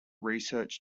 research